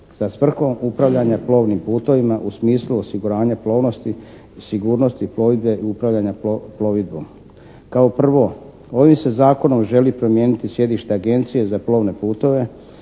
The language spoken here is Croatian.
sa svrhom upravljanja plovnim putovima u smislu osiguranja plovnosti i sigurnosti plovidbe, upravljanja plovidbom. Kao prvo ovim se zakonom želi promijeniti sjedište Agencije za plovne putove